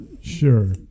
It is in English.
Sure